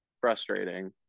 frustrating